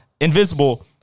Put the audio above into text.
invisible